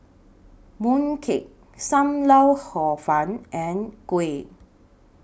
Mooncake SAM Lau Hor Fun and Kuih